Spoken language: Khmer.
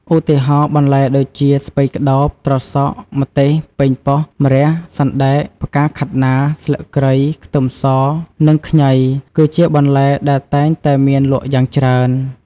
ឧទាហរណ៍បន្លែដូចជា ស្ពៃក្តោប ត្រសក់ ម្ទេស ប៉េងប៉ោះ ម្រះ សណ្តែក ផ្កាខាត់ណា ស្លឹកគ្រៃ ខ្ទឹមស និងខ្ញី គឺជាបន្លែដែលតែងតែមានលក់យ៉ាងច្រើន។